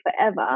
forever